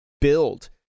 build